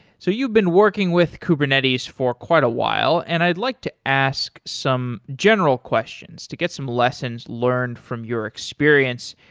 so you've been working with kubernetes for quite a while and i'd like to ask some general questions to get some lessons learned from your experience.